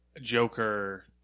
Joker